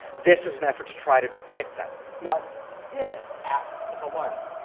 this is an effort to try to depict that. now this atlas, the vallard,